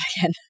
again